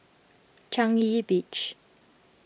Changi Beach